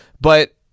But-